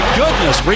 goodness